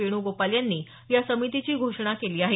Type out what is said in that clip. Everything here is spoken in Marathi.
वेण्गोपाल यांनी या समितीची घोषणा केली आहे